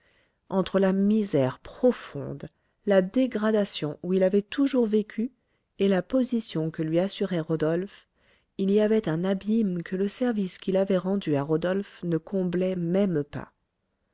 entre la misère profonde la dégradation où il avait toujours vécu et la position que lui assurait rodolphe il y avait un abîme que le service qu'il avait rendu à rodolphe ne comblait même pas